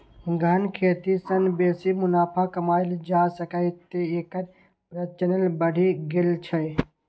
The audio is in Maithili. गहन खेती सं बेसी मुनाफा कमाएल जा सकैए, तें एकर प्रचलन बढ़ि गेल छै